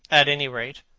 at any rate,